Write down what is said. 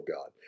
God